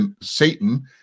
Satan